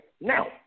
now